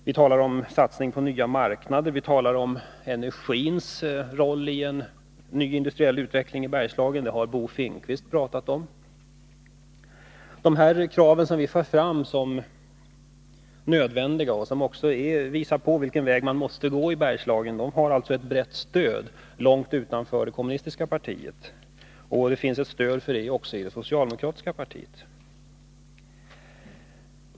Vi talar om satsning på nya marknader, och vi talar om energins roll i en ny industriell utveckling i Bergslagen.Det har Bo Finnkvist talat om. De krav som vi för fram som nödvändiga och som visar på vilken väg man måste gå i Bergslagen har alltså ett brett stöd långt utanför det kommunistiska partiet, och det finns stöd för detta även i det socialdemokratiska partiet.